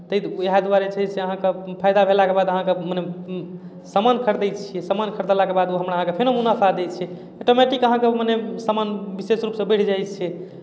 ताहि दु उएह दुआरे छै से अहाँकेँ फायदा भेलाके बाद अहाँकेँ मने सामान खरीदैत छियै सामान बेचलाके बाद हमरा अहाँके फेरो मुनाफा दैत छै ऑटोमैटिक मने अहाँके सामान विशेष रूपसँ बढ़ि जाइत छै